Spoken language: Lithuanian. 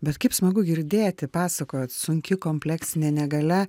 bet kaip smagu girdėti pasakojot sunki kompleksinė negalia